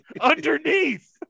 underneath